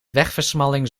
wegversmalling